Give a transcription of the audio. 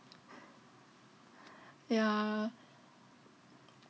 ya